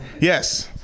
Yes